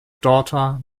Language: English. daughter